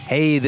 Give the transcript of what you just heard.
Hey